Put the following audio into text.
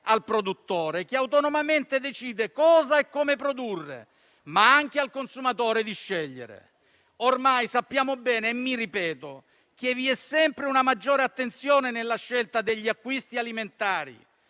al produttore, che autonomamente decide cosa e come produrre, ma anche al consumatore di scegliere. Ormai sappiamo bene - mi ripeto - che vi è sempre una maggiore attenzione nella scelta degli acquisti alimentari.